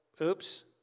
oops